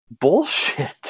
bullshit